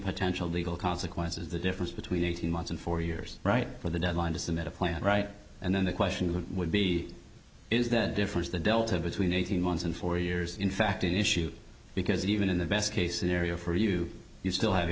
potential legal consequences the difference between eighteen months and four years right for the deadline to submit a plan right and then the question would be is that difference the delta between eighteen months and four years in fact an issue because even in the best case scenario for you you still have